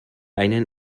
einen